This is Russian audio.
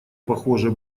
похоже